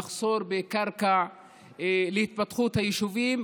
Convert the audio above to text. המחסור בקרקע להתפתחות היישובים,